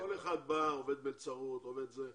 כל אחד בא, עובד במלצרות, עובד בזה,